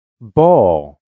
Ball